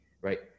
Right